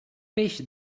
peix